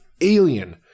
alien